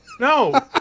No